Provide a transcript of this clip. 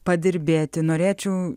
padirbėti norėčiau